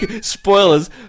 Spoilers